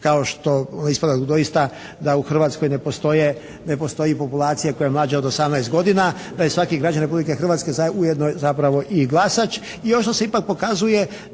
kao što ispada doista da u Hrvatskoj ne postoji populacija koja je mlađa od 18 godina, tj. svaki građanin Republike Hrvatske ujedno je zapravo i glasač.